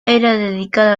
dedicada